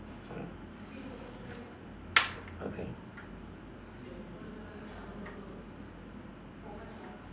okay